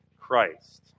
Christ